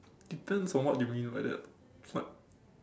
depends on what do you mean by that what